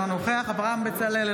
אינו נוכח אברהם בצלאל,